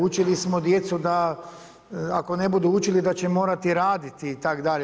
Učili smo djecu da ako ne budu učili da će morati raditi itd.